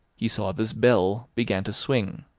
he saw this bell begin to swing.